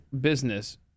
business